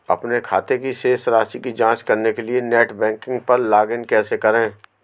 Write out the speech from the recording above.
अपने खाते की शेष राशि की जांच करने के लिए नेट बैंकिंग पर लॉगइन कैसे करें?